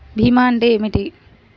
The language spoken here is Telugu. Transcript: భీమా అంటే ఏమిటి?